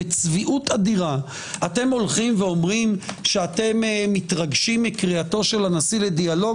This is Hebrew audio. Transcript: בצביעות אדירה אתם אומרים שאתם מתרגשים מקריאת הנשיא לדיאלוג?